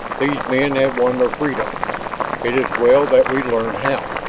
these men have won their freedom it is well that we learn how.